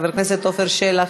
חבר הכנסת עפר שלח,